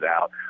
out